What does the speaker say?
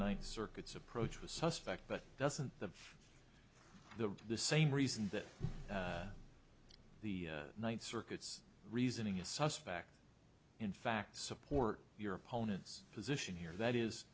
ninth circuit's approach was suspect but doesn't the the the same reason that the ninth circuit's reasoning is suspect in fact support your opponent's position here that is